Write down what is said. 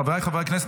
חבריי חברי הכנסת,